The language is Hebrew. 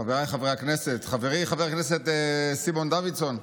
חבריי חברי הכנסת, חברי חבר הכנסת סימון דוידסון,